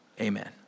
amen